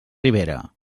ribera